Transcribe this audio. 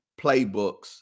playbooks